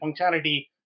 functionality